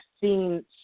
seen